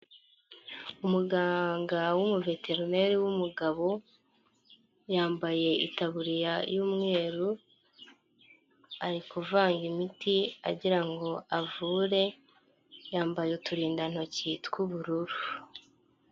Umuganga w'umuveterineri w'umugabo, yambaye itabuririya y'umweru, ari kuvanga imiti, agira ngo avure, yambaye uturindantoki tw'ubururu.